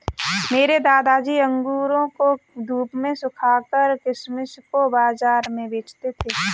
मेरे दादाजी अंगूरों को धूप में सुखाकर किशमिश को बाज़ार में बेचते थे